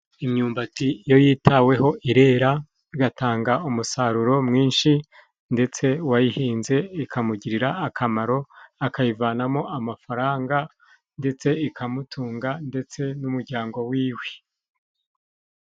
Imyumbati iyo yitaweho irera, bigatanga umusaruro mwinshi, ndetse uwayihinze ikamugirira akamaro, akayivanamo amafaranga, ndetse ikamutunga, ndetse n'umujyango w'iwe.